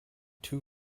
two